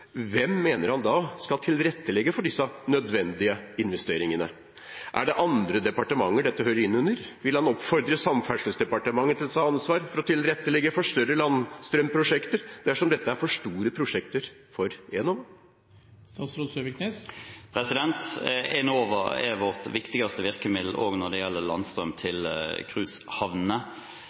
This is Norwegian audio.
hvem mener han da skal tilrettelegge for disse nødvendige investeringene? Er det andre departementer dette hører inn under? Vil han oppfordre Samferdselsdepartementet til å ta ansvar for å tilrettelegge for større landstrømprosjekter dersom dette er for store prosjekter for Enova? Enova er vårt viktigste virkemiddel også når det gjelder landstrøm til